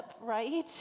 right